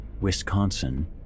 Wisconsin